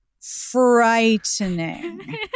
Frightening